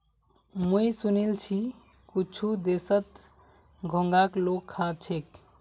मुई सुनील छि कुछु देशत घोंघाक लोग खा छेक